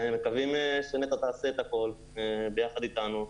אנחנו מקווים שנת"ע תעשה את הכל יחד אתנו,